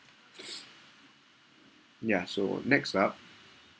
ya so next up